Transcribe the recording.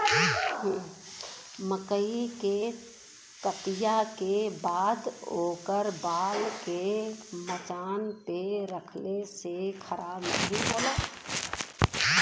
मकई के कटिया के बाद ओकर बाल के मचान पे रखले से खराब नाहीं होला